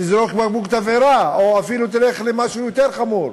תזרוק בקבוק תבערה או אפילו תלך למשהו יותר חמור.